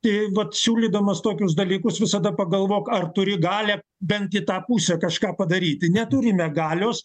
tai vat siūlydamas tokius dalykus visada pagalvok ar turi galią bent į tą pusę kažką padaryti neturime galios